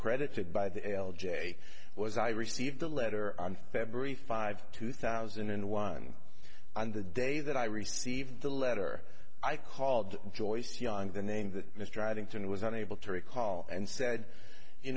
credited by the l j was i received a letter on february five two thousand and one on the day that i received the letter i called joyce young the name that mr addington was unable to recall and said you